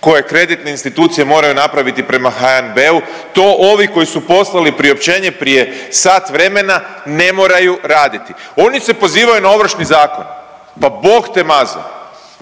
koje kreditne institucije moraju napraviti prema HNB-u to ovi koji su poslali priopćenje prije sat vremena ne moraju raditi. Oni se pozivaju na Ovršni zakon, pa bog te mazo,